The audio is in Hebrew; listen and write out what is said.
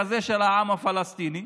במכתב הזה הרב לאו שליט"א,